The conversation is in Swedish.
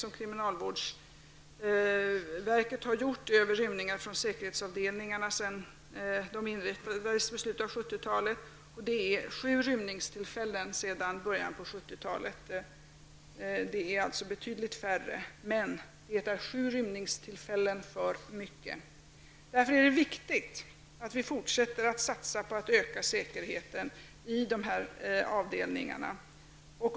Av kriminalvårdsverkets sammanställning över rymningar från säkerhetsavdelningarna, sedan dessa inrättades i slutet av 1970-talet, denna visar att det skett sju rymningar sedan början av 1970-talet. Det är alltså betydligt färre än vad Britta Bjelle sade -- men det är sju rymningar för mycket. Därför är det viktigt att vi fortsätter att satsa på säkerheten i dessa avdelningar.